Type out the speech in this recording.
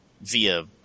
via